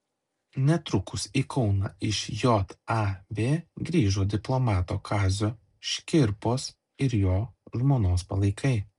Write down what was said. netrukus į kauną iš jav grįžo diplomato kazio škirpos ir jo žmonos palaikai